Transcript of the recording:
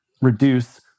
reduce